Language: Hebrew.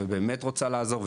ובאמת רוצה לעזור,